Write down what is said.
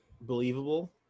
believable